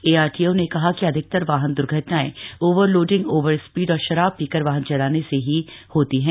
ARTO ने कहा कि अधिकतर वाहन द्र्घटनाएं ओवर लोडिंग ओवर स्पीड और शराब पीकर वाहन चलाने से ही होती है